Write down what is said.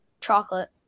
Chocolate